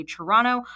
Toronto